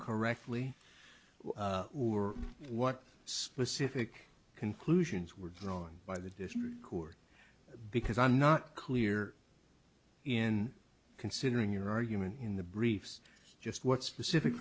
correctly or what specific conclusions were drawn by the court because i'm not clear in considering your argument in the briefs just what specific